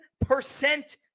percent